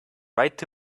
right